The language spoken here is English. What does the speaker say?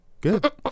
good